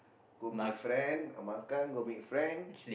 go meet friend uh makan go meet friend